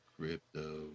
crypto